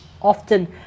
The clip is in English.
often